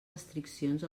restriccions